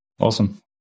awesome